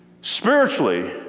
Spiritually